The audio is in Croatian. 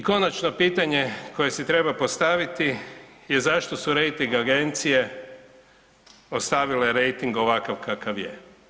I konačno pitanje koje si treba postaviti je zašto su Rejting agencije postavile rejting ovakav kakav je?